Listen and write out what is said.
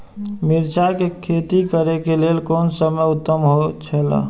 मिरचाई के खेती करे के लेल कोन समय उत्तम हुए छला?